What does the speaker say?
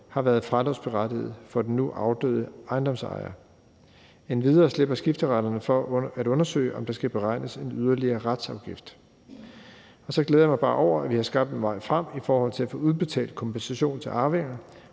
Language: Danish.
har været fradragsberettigede for den nu afdøde ejendomsejer. Endvidere slipper skifteretterne for at undersøge, om der skal beregnes en yderligere retsafgift. Så glæder jeg mig bare over, at vi har skabt en vej frem i forhold til at få udbetalt kompensation til arvingerne,